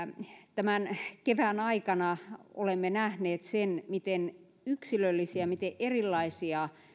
tämän kevään aikana olemme nähneet sen miten yksilöllisiä miten erilaisia